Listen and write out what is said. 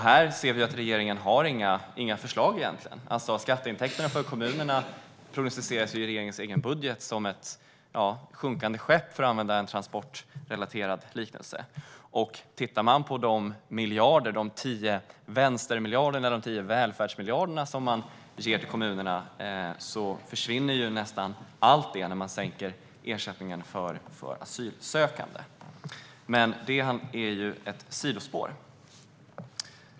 Här ser vi att regeringen egentligen inte har några förslag. Skatteintäkterna för kommunerna prognostiseras i regeringens egen budget som ett sjunkande skepp, för att använda en transportrelaterad liknelse. De 10 vänstermiljarder som man ger till kommunerna - de 10 välfärdsmiljarderna - försvinner nästan helt när man sänker ersättningen för asylsökande. Men det är ett sidospår.